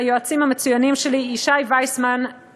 היועצים המצוינים שלי: ישי ויסמן,